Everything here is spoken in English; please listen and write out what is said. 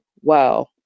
wow